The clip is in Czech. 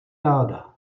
ráda